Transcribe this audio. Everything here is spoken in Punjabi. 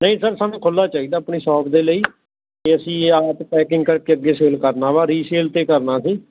ਨਹੀਂ ਸਰ ਸਾਨੂੰ ਖੁੱਲ੍ਹਾ ਚਾਹੀਦਾ ਆਪਣੀ ਸ਼ੋਪ ਦੇ ਲਈ ਅਤੇ ਅਸੀਂ ਇਹ ਆਪ ਪੈਕਿੰਗ ਕਰਕੇ ਅੱਗੇ ਸੇਲ ਕਰਨਾ ਵਾ ਰੀਸੇਲ 'ਤੇ ਕਰਨਾ ਅਸੀਂ